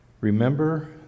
Remember